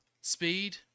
speed